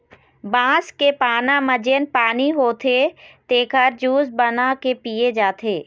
बांस के पाना म जेन पानी होथे तेखर जूस बना के पिए जाथे